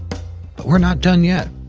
but we're not done yet!